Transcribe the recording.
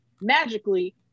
magically